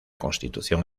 constitución